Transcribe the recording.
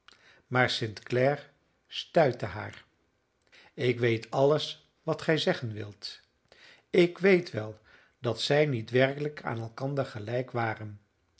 maar st clare stuitte haar ik weet alles wat gij zeggen wilt ik weet wel dat zij niet werkelijk aan elkander gelijk waren